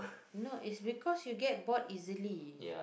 you know it's because you get bored easily